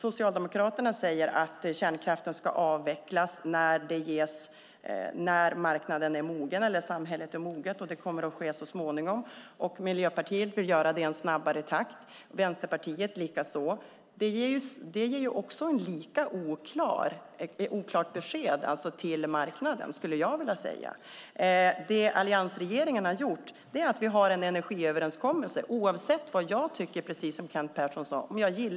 Socialdemokraterna säger att kärnkraften ska avvecklas när marknaden är mogen, eller samhället är moget, och det kommer att ske så småningom. Miljöpartiet vill avveckla i snabbare takt, Vänsterpartiet likaså. Det ger ett lika oklart besked till marknaden, skulle jag vilja säga. Alliansregeringen har en energiöverenskommelse oavsett vad jag tycker, precis som Kent Persson sade.